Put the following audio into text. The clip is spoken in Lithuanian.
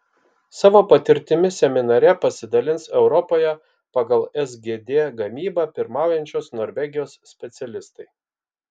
savo patirtimi seminare pasidalins europoje pagal sgd gamybą pirmaujančios norvegijos specialistai